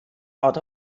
out